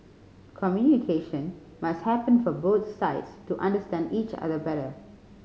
communication must happen for both sides to understand each other better